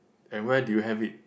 and where do you have it